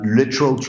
literal